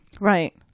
Right